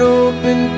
open